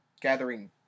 gathering